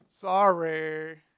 sorry